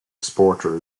exporter